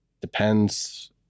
depends